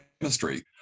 chemistry